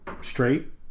straight